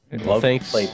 Thanks